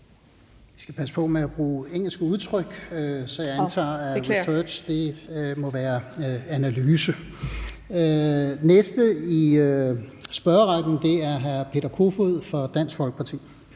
Vi skal passe på med at bruge engelske udtryk, så jeg antager, at »research« betyder «analyse«. Den næste i spørgerrækken er hr. Peter Kofod fra Dansk Folkeparti.